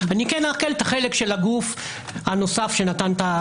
אני אעקל את החלק של הגוף הנוסף שנתן את הכסף.